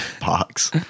box